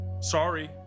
sorry